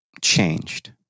changed